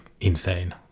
insane